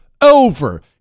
over